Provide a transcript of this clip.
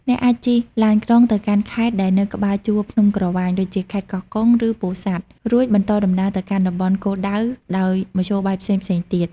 អ្នកអាចជិះឡានក្រុងទៅកាន់ខេត្តដែលនៅក្បែរជួរភ្នំក្រវាញ ដូចជាខេត្តកោះកុង ឬពោធិ៍សាត់ រួចបន្តដំណើរទៅកាន់តំបន់គោលដៅដោយមធ្យោបាយផ្សេងៗទៀត។